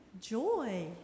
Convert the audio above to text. joy